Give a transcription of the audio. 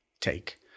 take